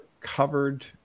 covered